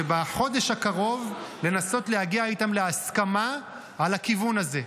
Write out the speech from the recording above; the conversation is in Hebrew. ובחודש הקרוב לנסות להגיע איתם להסכמה על הכיוון הזה.